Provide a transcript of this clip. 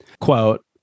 Quote